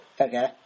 Okay